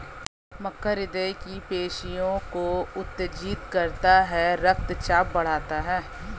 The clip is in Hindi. मक्का हृदय की पेशियों को उत्तेजित करता है रक्तचाप बढ़ाता है